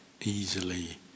easily